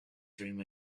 dream